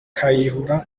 kayihura